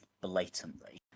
blatantly